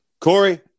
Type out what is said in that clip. Corey